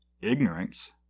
ignorance